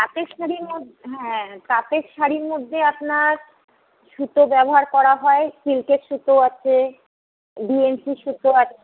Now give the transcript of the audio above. তাঁতের শাড়ির মধ হ্যাঁ তাঁতের শাড়ির মধ্যে আপনার সুতো ব্যবহার করা হয় সিল্কের সুতো আছে ডিএমসি সুতো আছে